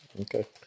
Okay